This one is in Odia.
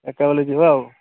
ଏକାବେଲେ ଯିବା ଆଉ